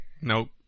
Nope